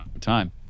time